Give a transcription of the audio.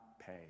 pay